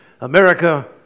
America